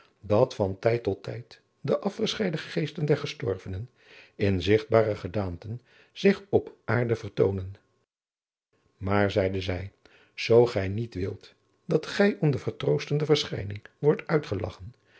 dat van tijd tot tijd de afgescheiden geesten der gestorvenen in zigtbare gedaanten zich op aarde vertoonen maar zeide zij zoo gij niet wilt dat gij om de vertroostende verschijning wordt uitgelagchen